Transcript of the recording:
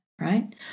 right